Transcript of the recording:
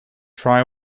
try